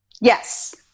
Yes